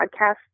podcast